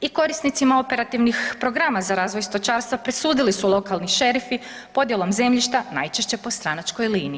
I korisnicima operativnih programa za razvoj stočarstva presudili su lokalni šerifi podjelom zemljišta, najčešće po stranačkoj liniji.